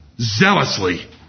zealously